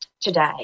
today